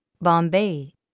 Bombay